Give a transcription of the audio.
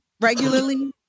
regularly